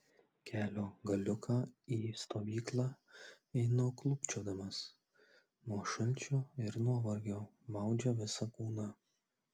kelio galiuką į stovyklą einu klūpčiodamas nuo šalčio ir nuovargio maudžia visą kūną